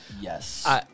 Yes